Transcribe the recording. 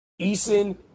Eason